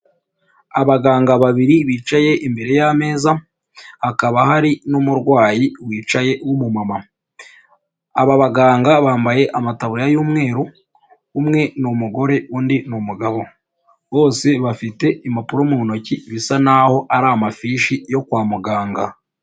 Abaganga babiri bicaye imbere y'ameza hakaba hari n'umurwayi wicaye w'umumama, aba baganga bambaye amataburiya y'umweru umwe ni umugore undi ni umugabo, bose bafite impapuro mu ntoki bisa naho ari amafishi yo kwa muganga.